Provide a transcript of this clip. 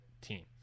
team